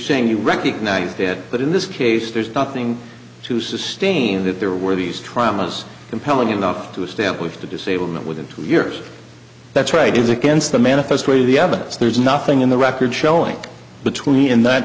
saying you recognise that in this case there's nothing to sustain that there were these traumas compelling enough to establish the disablement within two years that's right it's against the manifest way the evidence there's nothing in the record showing between th